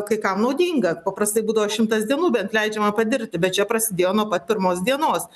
kai kam naudinga paprastai būdavo šimtas dienų bent leidžiama padirbti bet čia prasidėjo nuo pat pirmos dienos